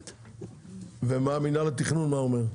ומה מינהל התכנון אומר?